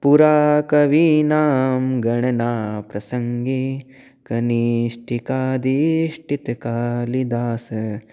पुरा कवीनां गणनाप्रसङ्गे कनिष्ठिकाधिष्ठितकालिदासः